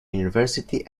university